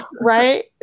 right